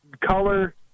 color